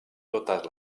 totes